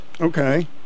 Okay